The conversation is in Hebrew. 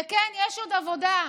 וכן, יש עוד עבודה,